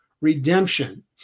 redemption